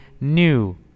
new